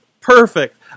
perfect